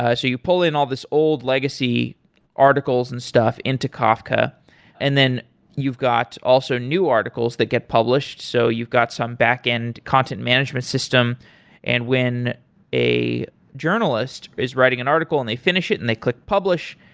ah so you pull in all these old legacy articles and stuff into kafka and then you've got also new articles that get published. so you've got some back end content management system and when a journalist is writing an article and they finish it and they click publish,